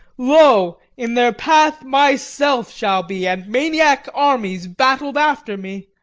lo, in their path myself shall be, and maniac armies battled after me!